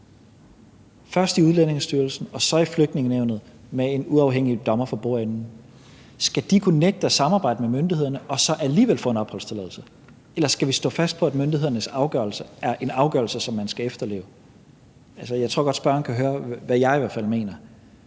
først i Udlændingestyrelsen og så i Flygtningenævnet med en uafhængig dommer for bordenden, kunne nægte at samarbejde med myndighederne og så alligevel få en opholdstilladelse? Eller skal vi stå fast på, at myndighedernes afgørelse er en afgørelse, som man skal efterleve? Jeg tror godt, spørgeren kan høre, hvad jeg i hvert fald mener.